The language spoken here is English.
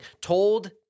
told